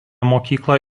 mokyklą